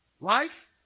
Life